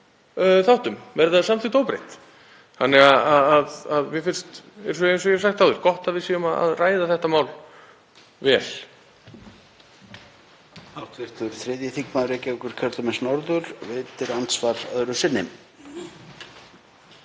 þáttum verði það samþykkt óbreytt. Þannig að mér finnst, eins og ég hef sagt áður, gott að við séum að ræða þetta mál vel.